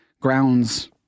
grounds